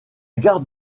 gare